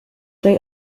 they